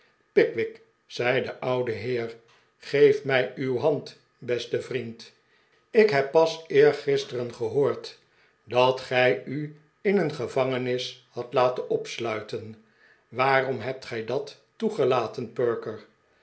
pickwick zei de oude heer geef mij uw hand beste vriend ik heb pas eergisteren gehoord dat gij u in een gevangenis hadt laten opsluiten waarom hebt gij dat toegelaten